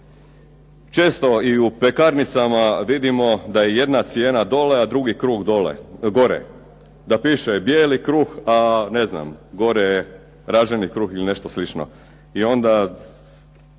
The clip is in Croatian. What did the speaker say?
Često i u pekarnicama vidimo da je jedna cijena dolje, a drugi kruh gore, da piše bijeli kruh, a ne znam, gore je raženi kruh ili nešto slično i onda